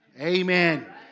Amen